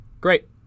great